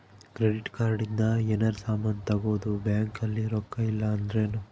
credit card ಇಂದ ಯೆನರ ಸಾಮನ್ ತಗೊಬೊದು ಬ್ಯಾಂಕ್ ಅಲ್ಲಿ ರೊಕ್ಕ ಇಲ್ಲ ಅಂದೃನು